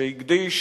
שהקדיש